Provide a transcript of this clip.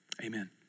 Amen